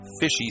fishy